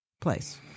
place